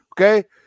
Okay